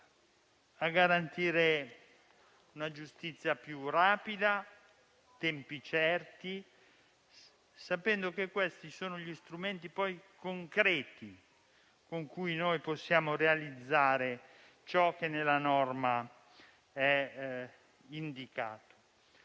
a garantire una giustizia più rapida e tempi certi, sapendo che questi sono gli strumenti concreti con cui possiamo realizzare ciò che nella norma è indicato.